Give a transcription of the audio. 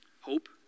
hope